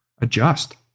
adjust